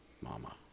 Mama